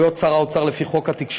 א.